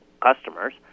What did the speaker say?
customers